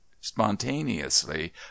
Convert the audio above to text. spontaneously